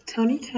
Tony